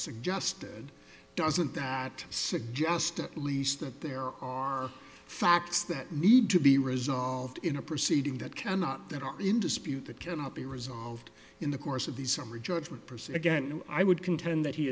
suggested doesn't that suggest at least that there are facts that need to be resolved in a proceeding that cannot that are in dispute that cannot be resolved in the course of the summary judgment person again i would contend that he